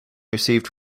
received